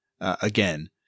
again